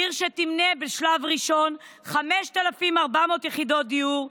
עיר שתמנה בשלב הראשון 5,400 יחידות דיור.